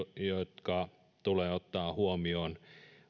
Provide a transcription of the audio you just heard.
jotka tulee ottaa huomioon